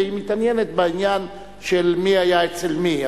והיא מתעניינת בעניין של מי היה אצל מי.